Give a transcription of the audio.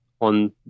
on